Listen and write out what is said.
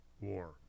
War